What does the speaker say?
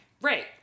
right